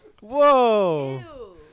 Whoa